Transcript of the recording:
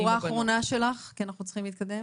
שורה אחרונה שלך, כי אנחנו צריכים להתקדם.